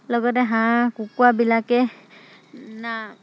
লগতে হাঁহ কুকুৰাবিলাকে না